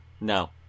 No